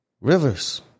rivers